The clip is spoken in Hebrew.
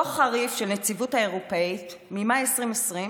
דוח חריף של הנציגות האירופית ממאי 2020,